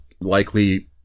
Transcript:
likely